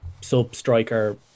sub-striker